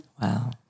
Wow